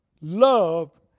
love